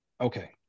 Okay